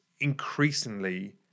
increasingly